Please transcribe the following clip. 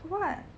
for what